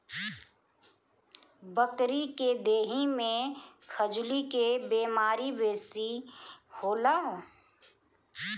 बकरी के देहि में खजुली के बेमारी बेसी होला